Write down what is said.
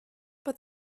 but